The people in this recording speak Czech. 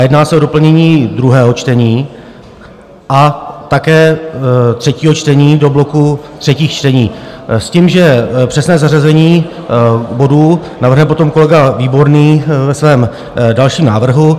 Jedná se o doplnění druhého čtení a také třetího čtení do bloku třetích čtení s tím, že přesné zařazení bodů navrhne potom kolega Výborný ve svém dalším návrhu.